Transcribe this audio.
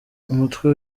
umutwe